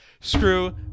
Screw